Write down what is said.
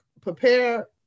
prepare